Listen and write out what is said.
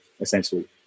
essentially